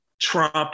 Trump